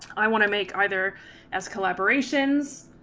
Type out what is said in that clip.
i wanna make either as collaborations